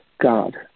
God